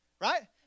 Right